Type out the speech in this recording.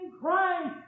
Christ